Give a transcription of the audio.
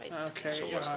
Okay